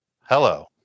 Hello